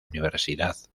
universidad